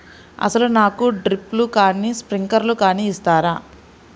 అసలు నాకు డ్రిప్లు కానీ స్ప్రింక్లర్ కానీ ఇస్తారా?